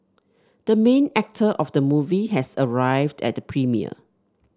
the main actor of the movie has arrived at the premiere